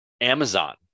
Amazon